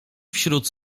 wśród